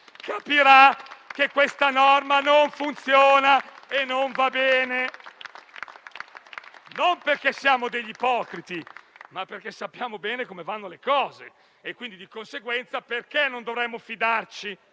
capirà che questa norma non funziona e non va bene. Non perché siamo degli ipocriti, ma perché sappiamo bene come vanno le cose. Di conseguenza, perché non dovremmo fidarci